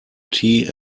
tea